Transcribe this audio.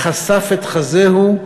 חשף את חזהו,